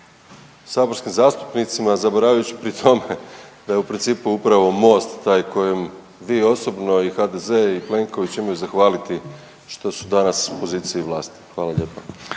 saborskim zastupnicima zaboravljajući pri tome da je upravo MOST kojem je osobno i HDZ i Plenković imaju zahvaliti što su danas u poziciji vlasti. Hvala lijepa.